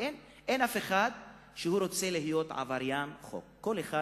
אין אף אחד שרוצה להיות עבריין חוק, כל אחד